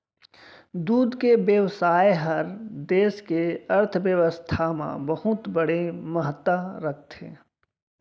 दूद के बेवसाय हर देस के अर्थबेवस्था म बहुत बड़े महत्ता राखथे